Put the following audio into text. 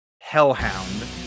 hellhound